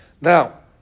Now